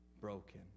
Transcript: broken